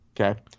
Okay